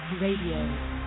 Radio